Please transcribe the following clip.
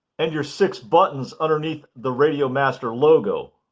and your six buttons underneath the radiomaster logo.